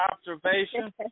observation